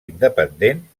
independent